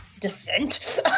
Descent